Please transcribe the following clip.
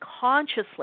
consciously